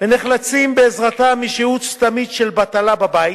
ונחלצים בעזרתם משהות סתמית של בטלה בבית.